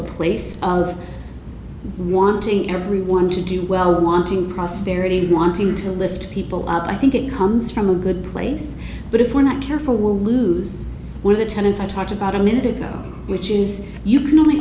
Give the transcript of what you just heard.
a place of wanting everyone to do well and wanting prosperity and wanting to lift people up i think it comes from a good place but if we're not careful we'll lose one of the tenants i talked about a minute ago which is you can only